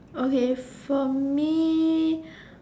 okay from me